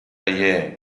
yeah